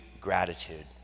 gratitude